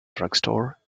drugstore